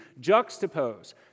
juxtapose